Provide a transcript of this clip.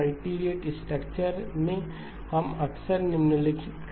multirate structure में हम अक्सर निम्नलिखित करते हैं